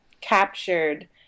captured